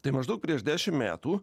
tai maždaug prieš dešimt metų